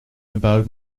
about